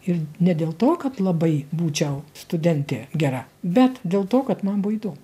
ir ne dėl to kad labai būčiau studentė gera bet dėl to kad man buvo įdom